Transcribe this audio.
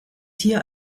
hier